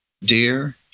dear